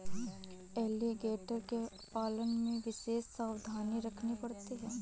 alligator के पालन में विशेष सावधानी रखनी पड़ती है